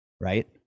right